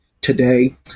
today